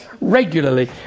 regularly